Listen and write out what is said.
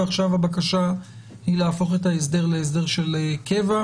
ועכשיו הבקשה היא להפוך את ההסדר להסדר קבע.